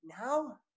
now